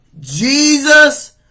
Jesus